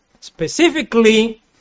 specifically